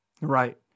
Right